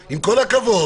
עם כל הכבוד,